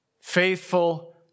faithful